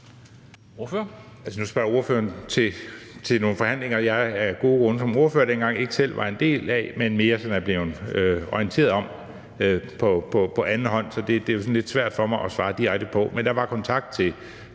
Nu spørger ordføreren til nogle forhandlinger, jeg af gode grunde som ordfører dengang ikke selv var en del af, men mere sådan er blevet orienteret om på anden hånd, så det er jo sådan lidt svært for mig at svare direkte på det. Men der var kontakt til